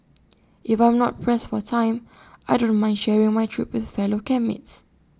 if I'm not pressed for time I don't mind sharing my trip with fellow camp mates